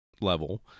level